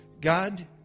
God